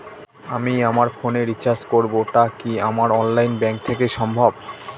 আমি আমার ফোন এ রিচার্জ করব টা কি আমার অনলাইন ব্যাংক থেকেই সম্ভব?